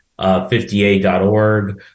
50a.org